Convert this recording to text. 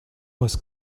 was